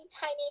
tiny